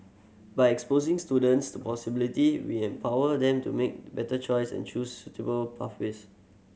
by exposing students to possibilities we empower them to make better choice and choose suitable pathways